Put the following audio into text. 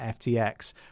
FTX